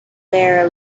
there